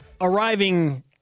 arriving